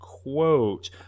Quote